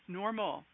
normal